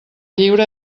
lliure